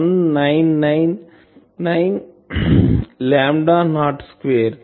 199లాంబ్డా not square